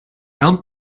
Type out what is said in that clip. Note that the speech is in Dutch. elk